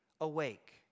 awake